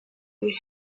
des